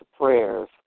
prayers